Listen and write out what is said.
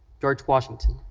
george washington.